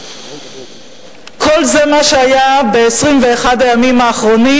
כל זה מה שהיה ב-21 הימים האחרונים.